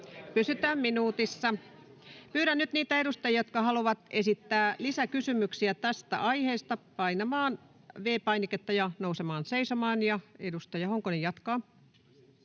Pysytään minuutissa. — Pyydän nyt niitä edustajia, jotka haluavat esittää lisäkysymyksiä tästä aiheesta, painamaan V-painiketta ja nousemaan seisomaan. — Edustaja Honkonen jatkaa.